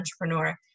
entrepreneur